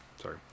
sorry